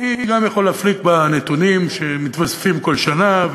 אני גם יכול להפליג בנתונים שמתווספים כל שנה.